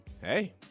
Hey